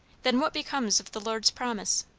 then what becomes of the lord's promise?